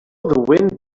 wind